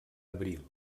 abril